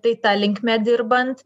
tai ta linkme dirbant